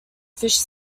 fish